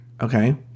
okay